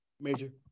major